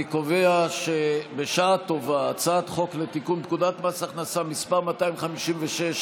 אני קובע שבשעה טובה הצעת חוק לתיקון פקודת מס הכנסה (מס' 256),